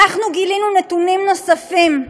אנחנו גילינו נתונים נוספים: